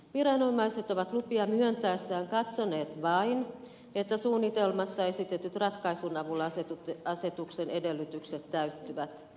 viranomaiset ovat lupia myöntäessään katsoneet vain että suunnitelmassa esitetyn ratkaisun avulla asetuksen edellytykset täyttyvät